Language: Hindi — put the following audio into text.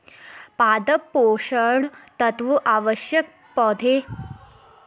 पादप पोषण तत्व आवश्यक पौधे घटक या मेटाबोलाइट का हिस्सा है